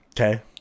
Okay